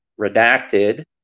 redacted